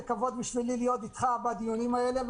זה כבוד בשבילי להיות אתך בדיונים האלה,